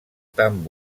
tant